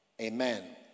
Amen